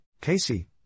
Casey